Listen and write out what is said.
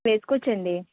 వేసుకోవచ్చండి